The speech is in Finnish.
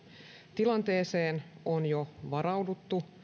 tilanteeseen on jo varauduttu